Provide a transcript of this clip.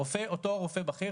הרופא, אותו הרופא הבכיר